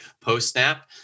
post-snap